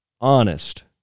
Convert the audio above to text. honest